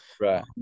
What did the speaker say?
right